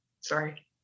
Sorry